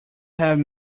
have